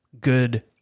good